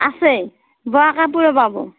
আছে বোৱা কাপোৰো পাব